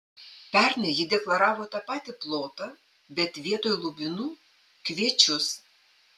pernai ji deklaravo tą patį plotą bet vietoj lubinų kviečius